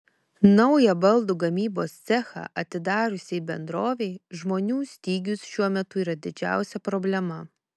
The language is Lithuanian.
naują baldų gamybos cechą atidariusiai bendrovei žmonių stygius šiuo metu yra didžiausia problema